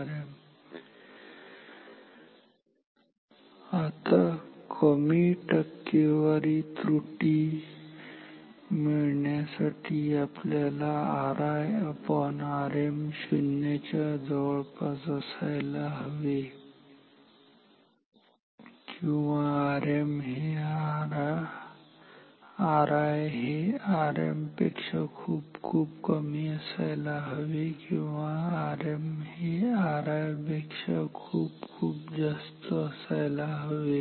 ri Rm आता कमी टक्केवारी त्रुटी मिळण्यासाठी आपल्याला Rm शून्याच्या जवळपास असायला हवे किंवा ri हे Rm पेक्षा खूप खूप कमी असायला हवे किंवा Rm हे ri पेक्षा खूप खूप जास्त असायला हवं